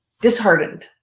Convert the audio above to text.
disheartened